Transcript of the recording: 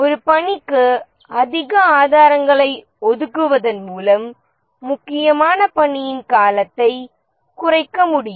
ஒரு பணிக்கு அதிக ஆதாரங்களை ஒதுக்குவதன் மூலம் முக்கியமான பணியின் காலத்தை குறைக்க முடியும்